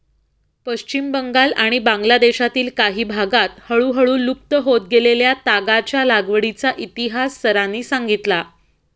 पश्चिम बंगाल आणि बांगलादेशातील काही भागांत हळूहळू लुप्त होत गेलेल्या तागाच्या लागवडीचा इतिहास सरांनी सांगितला